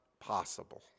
possible